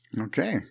okay